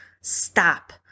Stop